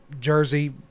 jersey